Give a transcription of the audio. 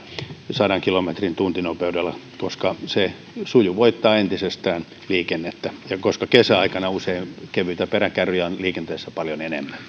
sadan kilometrin tuntinopeudella koska se sujuvoittaa entisestään liikennettä ja koska kesäaikana usein kevyitä peräkärryjä on liikenteessä paljon enemmän